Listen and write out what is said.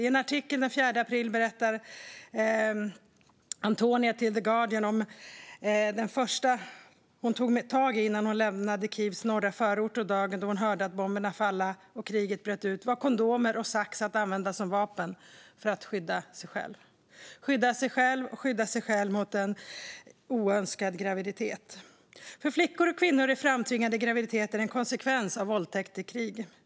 I en artikel den 4 april i The Guardian berättar Antonina om att det första hon tog rätt på innan hon lämnade Kievs norra förorter dagen då hon hörde bomberna falla och kriget bröt ut var kondomer och sax att använda som vapen för att skydda sig själv och skydda sig mot en oönskad graviditet. För flickor och kvinnor är framtvingade graviditeter en konsekvens av våldtäkt i krig.